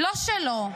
לא שלו.